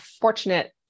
fortunate